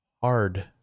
hard